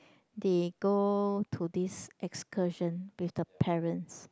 they go to this excursion with the parents